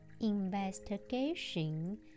investigation